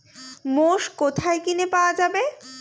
মোষ কোথায় কিনে পাওয়া যাবে?